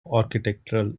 architectural